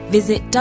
Visit